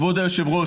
כבוד היושב-ראש,